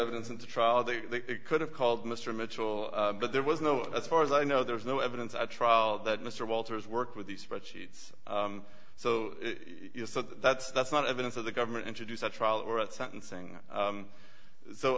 evidence into trial they could have called mr mitchell but there was no as far as i know there was no evidence at trial that mr walters worked with these spreadsheets so that's that's not evidence that the government introduced at trial or at sentencing